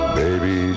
baby